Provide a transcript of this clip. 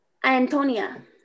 Antonia